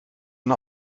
een